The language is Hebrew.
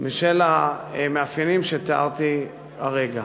בשל המאפיינים שתיארתי הרגע.